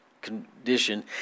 condition